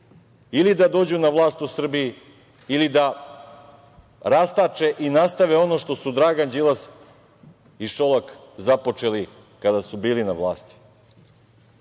ili da dođu na vlast u Srbiji ili da rastače i nastave ono što su Dragan Đilas i Šolak započeli kada su bili na vlasti. Voleo